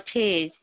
ଅଛି